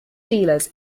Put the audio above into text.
dealers